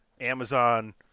Amazon